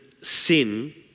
sin